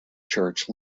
church